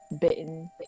bitten